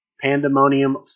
Pandemonium